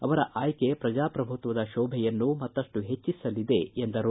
ಅವರ ಆಯ್ಕೆ ಪ್ರಜಾಪ್ರಭುತ್ವದ ಶೋಭೆಯನ್ನು ಮತ್ತಷ್ಟು ಹೆಚ್ಚಿಸಲಿದೆ ಎಂದರು